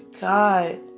God